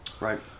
Right